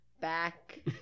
back